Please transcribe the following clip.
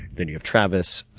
then you have travis.